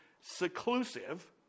seclusive